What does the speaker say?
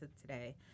today